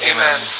Amen